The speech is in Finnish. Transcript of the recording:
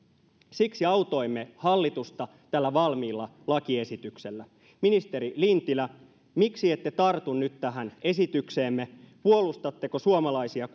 siksi autoimme hallitusta tällä valmiilla lakiesityksellä ministeri lintilä miksi ette tartu nyt tähän esitykseemme puolustatteko suomalaisia